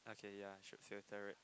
okay ya should filter it